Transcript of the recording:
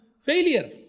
failure